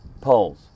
poles